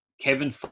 Kevin